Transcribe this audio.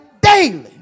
daily